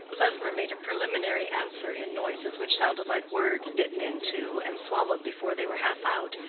klesmer made a preliminary answer in noises which sounded like words bitten in two and swallowed before they were half out,